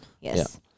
Yes